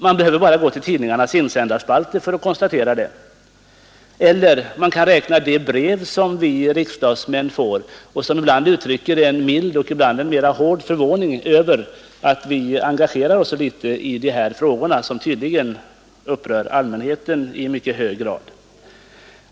Man behöver bara gå till tidningarnas insändarspalter för att konstatera det. Man kan också räkna de brev vi som riksdagsmän får, som yttrycker en ibland mild, ibland stark förvåning över att vi engagerar oss så litet i de radio-TV-frågor, som engagerar allmänheten i mycket hög grad.